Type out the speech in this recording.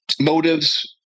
motives